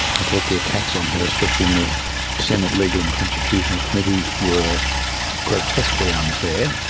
i thought the attacks on her, especially in the senate legal and constitutional committee were grotesquely unfair.